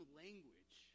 language